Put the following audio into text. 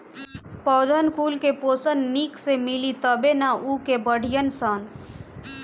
पौधन कुल के पोषन निक से मिली तबे नअ उ के बढ़ीयन सन